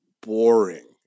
boring